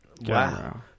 Wow